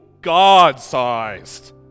God-sized